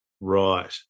Right